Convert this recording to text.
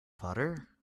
butter